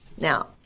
Now